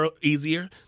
easier